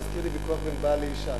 זה הזכיר לי ויכוח בין בעל לאשה,